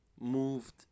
moved